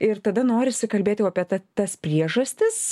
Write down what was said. ir tada norisi kalbėti jau apie ta tas priežastis